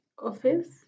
office